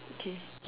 okay